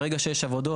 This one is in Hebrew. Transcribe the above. ברגע שיש עבודות,